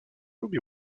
lubi